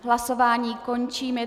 Hlasování končím.